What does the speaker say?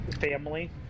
Family